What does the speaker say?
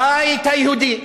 הבית היהודי.